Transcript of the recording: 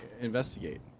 investigate